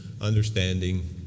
understanding